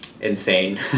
insane